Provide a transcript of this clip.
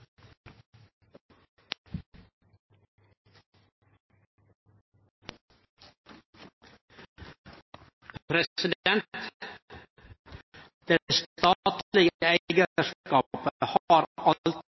president. Det